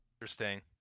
Interesting